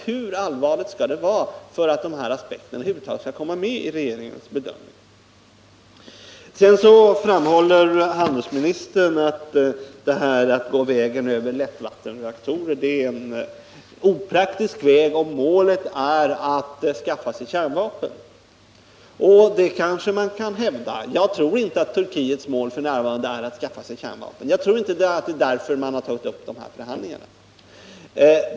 Hur allvarliga skall förhållandena vara för att den här aspekten över huvud taget skall komma med i regeringens bedömning? Sedan framhåller handelsministern att vägen över lättvattenreaktorer är en opraktisk väg att gå om målet är att skaffa sig kärnvapen. Det kanske man kan hävda. Jag tror inte att Turkiets mål f. n. är att skaffa sig kärnvapen. Jag tror inte det är därför man har tagit upp de här förhandlingarna.